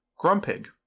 Grumpig